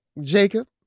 Jacob